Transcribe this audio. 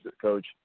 coach